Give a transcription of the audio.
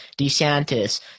DeSantis